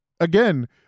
Again